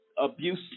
abuse